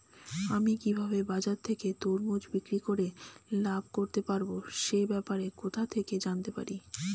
আমি কিভাবে বাজার থেকে তরমুজ বিক্রি করে লাভ করতে পারব সে ব্যাপারে কোথা থেকে জানতে পারি?